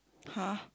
[huh]